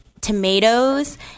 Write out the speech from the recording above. tomatoes